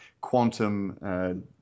quantum